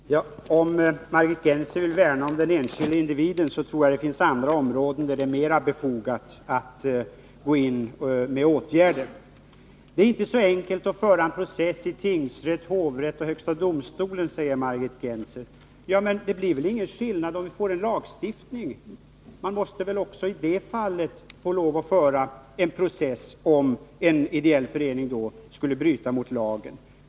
Herr talman! Om Margit Gennser vill värna om den enskilde individen tror jag att det finns andra områden där det är mera befogat att gå in med åtgärder. Det är inte så enkelt att föra en process i tingsrätten, hovrätten och i högsta domstolen, säger Margit Gennser. Ja, men det blir väl inte någon skillnad om vi får en lagstiftning. Man får väl även i det fallet — om en ideell förening skulle bryta mot lagen — lov att föra en process.